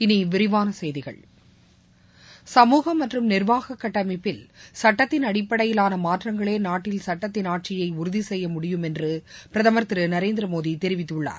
இனி விரிவான செய்திகள் சமூகம் மற்றும் நிர்வாக கட்டமைப்பில் சட்டத்தின் அடிப்படையிலான மாற்றங்களே நாட்டில் சட்டத்தின் ஆட்சியை உறுதி செய்யும் என்று பிரதமர் திரு நரேந்திர மோடி தெரிவித்துள்ளார்